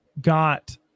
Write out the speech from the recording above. got